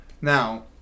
Now